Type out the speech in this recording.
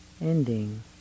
ending